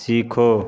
सीखो